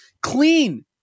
clean